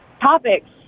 topics